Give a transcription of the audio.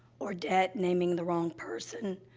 or debt naming the wrong person,